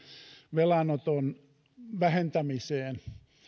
velanoton vähentämiseen